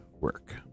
work